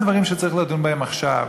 אלה הדברים שצריך לדון בהם עכשיו.